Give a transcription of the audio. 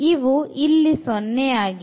ಇವು ಇಲ್ಲಿ 0 ಆಗಿದೆ